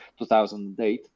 2008